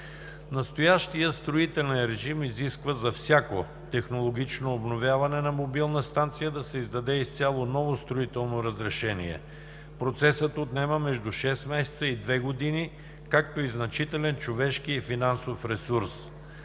Настоящият строителен режим изисква за всяко технологично обновяване на мобилна станция да се издаде изцяло ново строително разрешение. Процесът отнема между шест месеца и две години, както и значителен човешки и финансов ресурс.